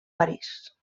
parís